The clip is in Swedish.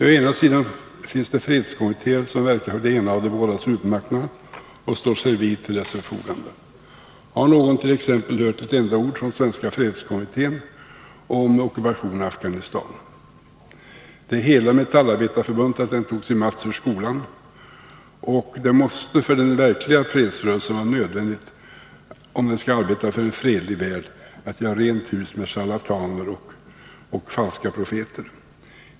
På ena sidan finns det fredskommittéer som verkar för den ena av de båda supermakterna och servilt står till dess förfogande. Har någon hört ett enda ord från t.ex. Svenska fredskommittén om ockupationen av Afghanistan? Det hedrar Metallindustriarbetareförbundet att det tog sin mats ur skolan, och det måste för den verkliga fredsrörelsen vara nödvändigt, om den skall arbeta för en fredlig värld, att göra rent hus med charlataner och falska profeter.